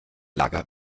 lager